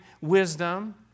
wisdom